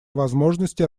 возможности